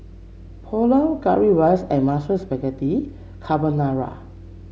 Pulao Currywurst and Mushroom Spaghetti Carbonara